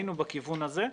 היינו בכיוון הזה.